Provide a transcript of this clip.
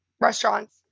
restaurants